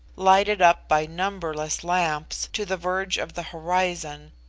lighted up, by numberless lamps, to the verge of the horizon,